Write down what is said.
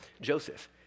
Joseph